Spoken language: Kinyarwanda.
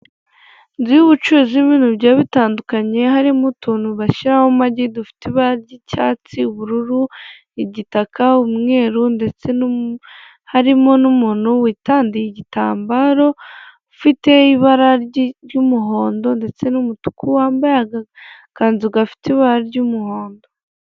Inzu y'ubucuruzi irimo ibintu bigiye bitandukanye harimo utuntu bashyiraho amagi dufite ibara ry'icyatsi, ubururu, igitaka, umweru ndetse harimo n'umuntu witadiye igitambaro ufite ibara ry'umuhondo ndetse n'umutuku wambaye agakanzu gafite ibara ry'umuhondo.